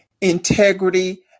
integrity